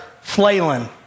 flailing